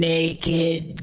Naked